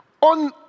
on